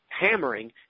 hammering